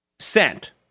Sent